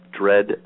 dread